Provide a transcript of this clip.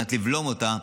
על מנת לבלום אותה,